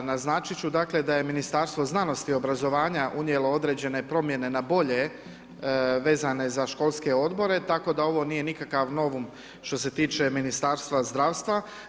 Naznačiti ću dakle, da je ministarstvo znanosti i obrazovanja unijelo određene promijene na bolje vezane za školske odbore, tako da ovo nije nikakav novum što se tiče Ministarstva zdravstva.